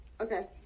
Okay